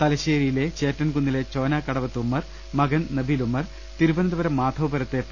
തലശേരി ചേറ്റൻകുന്നിലെ ചോനാ ക്കടവത്ത് ഉമ്മർ മകൻ നബീൽ ഉമ്മർ തിരുവനന്തപുരം മാധവപുരത്തെ പി